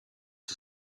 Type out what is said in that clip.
are